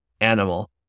animal